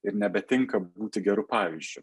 ir nebetinka būti geru pavyzdžiu